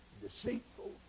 deceitful